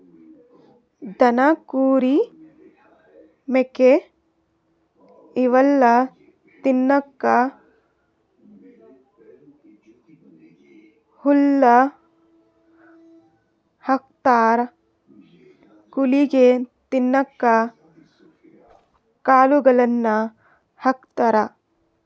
ದನ ಕುರಿ ಮೇಕೆ ಇವೆಲ್ಲಾ ತಿನ್ನಕ್ಕ್ ಹುಲ್ಲ್ ಹಾಕ್ತಾರ್ ಕೊಳಿಗ್ ತಿನ್ನಕ್ಕ್ ಕಾಳುಗಳನ್ನ ಹಾಕ್ತಾರ